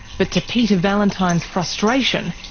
but to peter valentine's frustration,